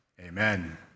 amen